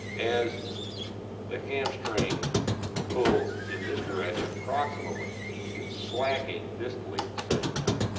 as the hamstring pulls in this direction proximately its slacking distally at the same